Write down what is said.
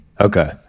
Okay